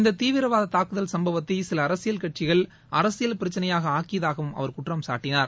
இந்தத் தீவிரவாத தாக்குதல் சம்பவத்தை சில அரசியல் கட்சிகள் அரசியல் பிரச்சினையாக ஆக்கியதாகவும் அவர் குற்றம் சாட்டினார்